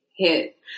Hit